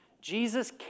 Jesus